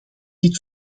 dit